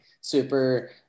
super